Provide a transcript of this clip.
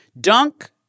Dunk